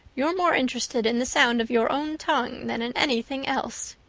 you're more interested in the sound of your own tongue than in anything else.